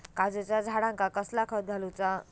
काजूच्या झाडांका कसला खत घालूचा?